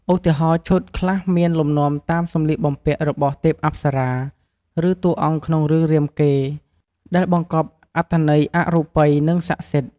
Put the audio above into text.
ឧទាហរណ៍ ឈុតខ្លះមានលំនាំតាមសម្លៀកបំពាក់របស់ទេពអប្សរា ឬតួអង្គក្នុងរឿងរាមកេរ្តិ៍ ដែលបង្កប់អត្ថន័យអរូបី និងស័ក្តិសិទ្ធិ។